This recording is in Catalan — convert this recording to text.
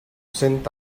cent